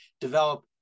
develop